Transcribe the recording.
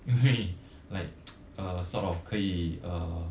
因为 like err sort of 可以 err